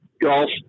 golf